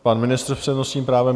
Pan ministr s přednostním právem.